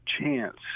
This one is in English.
chance